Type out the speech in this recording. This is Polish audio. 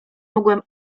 mogłem